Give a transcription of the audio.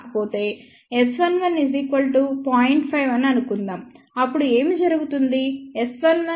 5 అని అనుకుందాం అప్పుడు ఏమి జరుగుతుంది S11 దానిలో 0